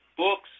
Books